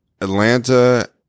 Atlanta